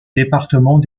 département